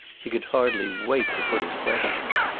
he could hardly wait to put his question.